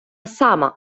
сама